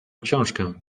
książkę